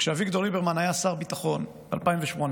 כשאביגדור ליברמן היה שר ביטחון ב-2018,